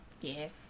Yes